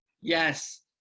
yes